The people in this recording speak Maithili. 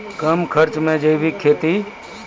कम खर्च मे जैविक खेती?